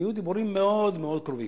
היו דיבורים מאוד מאוד קרובים.